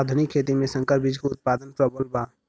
आधुनिक खेती में संकर बीज क उतपादन प्रबल बा